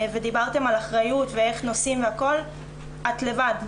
ודיברתם על אחריות ואיך נוסעים והכל, את לבד.